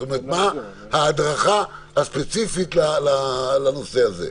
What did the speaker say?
זאת אומרת, מה ההדרכה הספציפית לנושא הזה?